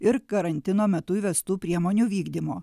ir karantino metu įvestų priemonių vykdymo